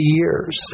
years